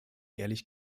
ehrlich